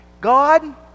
God